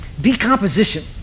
Decomposition